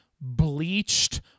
bleached